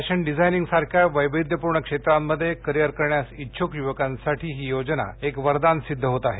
फेंशन डिझायनिंगसारख्या वैविध्यपूर्ण क्षेत्रांमध्ये करीअर करण्यास इच्छुक युवकांसाठी ही योजना एक बरदान सिद्ध होत आहे